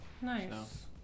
Nice